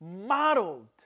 modeled